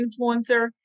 influencer